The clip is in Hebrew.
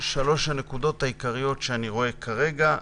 שלוש הנקודות העיקריות שאני רואה כרגע.